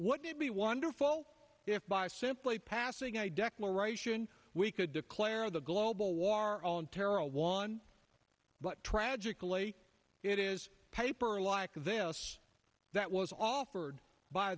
it be wonderful if by simply passing i declaration we could declare the global war on terror a one but tragically it is paper like this that was offered by